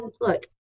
look